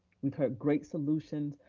we heard great solutions,